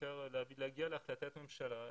בעיקר להגיע להחלטת ממשלה,